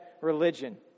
religion